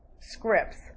scripts